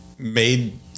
made